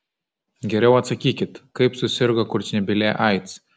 geriau atsakykit kaip susirgo kurčnebylė aids